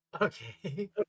Okay